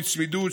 בצמידות,